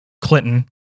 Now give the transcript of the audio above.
Clinton